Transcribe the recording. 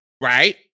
right